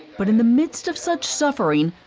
but in the midst of such suffering,